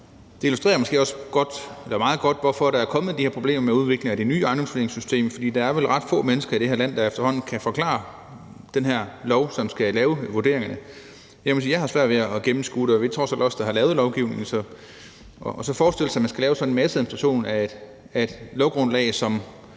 det illustrerer måske også meget godt, hvorfor der er kommet de her problemer med udviklingen af det nye ejendomsvurderingssystem. For der er vel efterhånden ret få mennesker i det her land, der kan forklare den her lov, som skal være grundlag for lave vurderingerne. Jeg må sige, at jeg har svært ved at gennemskue det, og det er trods alt os, der har lavet lovgivningen, så at forestille sig, at man skal lave sådan en masseadministration af et lovgrundlag, som